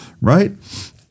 right